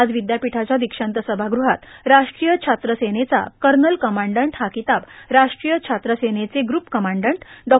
आज विद्यापीठाच्या दीक्षान्त सभागृहात राष्ट्रीय छात्र सेनेचा कर्नल कमाव्डन्ट हा किताब राष्ट्रीय छात्र सेनेचे ग्र्यप कमाव्डन्ट डॉ